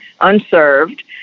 unserved